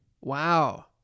Wow